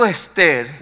Esther